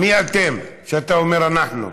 מי זה "אתם", כשאתה אומר "אנחנו"?